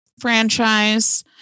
franchise